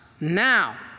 Now